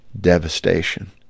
devastation